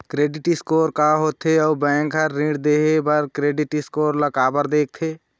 Credit score का होथे अउ बैंक हर ऋण देहे बार क्रेडिट स्कोर ला काबर देखते?